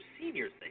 seniors